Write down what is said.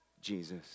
Jesus